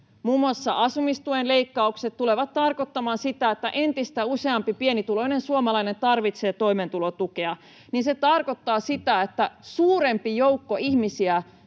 muun muassa asumistuen leikkaukset tulevat tarkoittamaan sitä, että entistä useampi pienituloinen suomalainen tarvitsee toimeentulotukea — niin se tarkoittaa sitä, että suurempi joukko ihmisiä